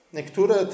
Niektóre